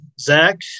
Zach